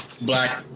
black